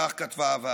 כך כתבה הוועדה.